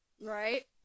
right